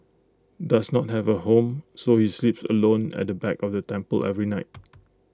does not have A home so he sleeps alone at the back of the temple every night